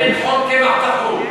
כדי לטחון קמח טחון.